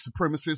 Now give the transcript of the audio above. supremacists